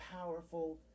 powerful